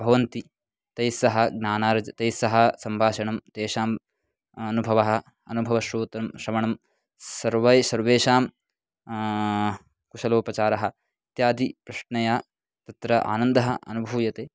भवन्ति तैः सह ज्ञानार्जनं तैःसह सम्भाषणं तेषाम् अनुभवः अनुभवं श्रोतुं श्रवणं सर्वैः सर्वेषां कुशलोपचारः इत्यादिप्रश्नः तत्र आनन्दः अनुभूयते